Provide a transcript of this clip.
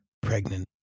pregnant